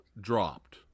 dropped